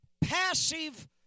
passive